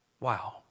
Wow